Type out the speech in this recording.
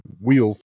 wheels